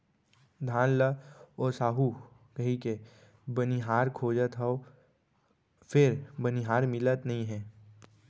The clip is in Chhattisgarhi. धान ल ओसाहू कहिके बनिहार खोजत हँव फेर बनिहार मिलत नइ हे